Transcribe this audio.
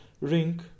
ring